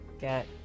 get